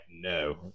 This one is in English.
no